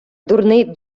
дурний